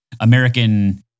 American